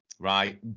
right